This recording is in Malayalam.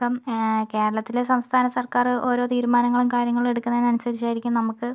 ഇപ്പം കേരളത്തിലെ സംസ്ഥാന സർക്കാർ ഓരോ തീരുമാനങ്ങളും കാര്യങ്ങളും എടുക്കുന്നതിനനുസരിച്ചായിരിക്കും നമുക്ക്